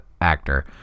actor